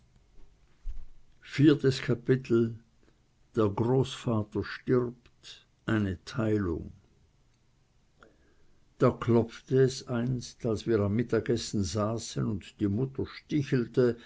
nehmen wolle der großvater stirbt eine teilung da klopfte es einst als wir am mittagessen saßen und die mutter stichelte